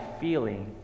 feeling